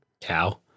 Cow